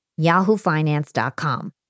yahoofinance.com